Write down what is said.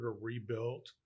rebuilt